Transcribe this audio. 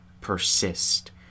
persist